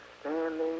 standing